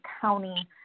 county